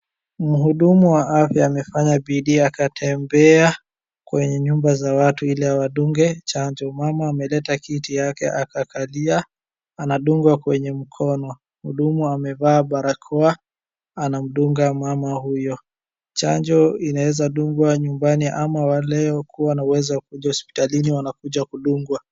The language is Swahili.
Mhudumu wa afya amefanya bidii akatembea kwenye nyumba za watu ili awadunge chanjo. Mama ameleta kiti yake akakalia anadungwa kwenye mkono. Mhudumu amevaa barakoa anamdunga mama huyo. Chanjo inaweza dungwa nyumbani ama wale hukuwa na uwezo wa kuja hospitalini wanakuja kudungwa.